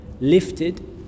lifted